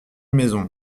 maisons